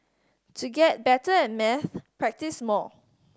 to get better at maths practise more